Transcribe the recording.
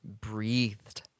breathed